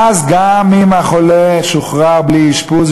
אז גם אם החולה שוחרר בלי אשפוז,